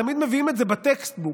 תמיד מביאים את זה בטקסט בוק.